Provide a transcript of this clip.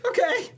Okay